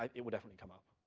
um it will definitely come up.